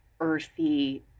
earthy